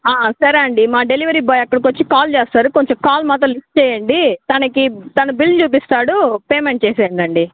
సరేనండి మా delivery boy అక్కడికి వచ్చి కాల్ చేస్తారు కొంచెం కాల్ మాత్రం లిఫ్ట్ చేయండి తనకి తను బిల్ చూపిస్తాడు పేమెంట్ చేసేయండండి